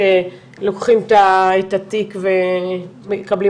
שלוקחים את התיק ומקבלים